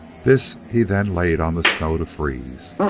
this he then laid on the snow to freeze.